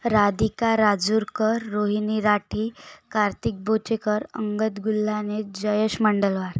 Radhika Rajurkar Rohini Rathi Kartik Bochekar Angad Gullane Jayesh Mandalwar